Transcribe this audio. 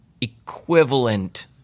equivalent